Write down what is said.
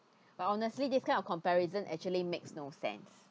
but honestly this kind of comparison actually makes no sense